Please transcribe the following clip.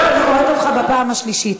אני קוראת אותך פעם שלישית.